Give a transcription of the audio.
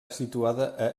situada